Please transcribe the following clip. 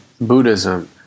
Buddhism